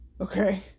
Okay